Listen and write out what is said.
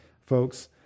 folks